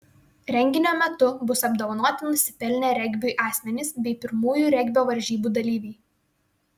renginio metu bus apdovanoti nusipelnę regbiui asmenys bei pirmųjų regbio varžybų dalyviai